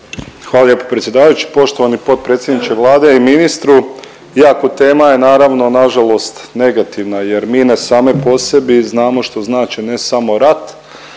Hvala lijepa predsjedavajući. Poštovani potpredsjedniče Vlade i ministru iako tema je nažalost negativna jer mi na samoj po sebi znamo što znači ne samo rat